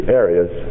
areas